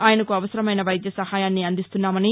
ఆయనకు అవసరమైన వైద్య సహాయాన్ని అందిస్తున్నామని